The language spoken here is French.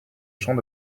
champ